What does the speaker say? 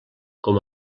com